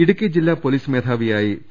ഇടുക്കി ജില്ലാ പൊലീസ് മേധാവിയായി ടി